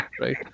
right